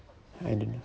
I didn't